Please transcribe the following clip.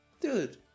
dude